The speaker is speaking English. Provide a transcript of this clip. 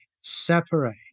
separate